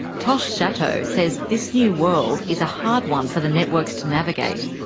tosh szatow says this new world is a hard one for the networks to navigate.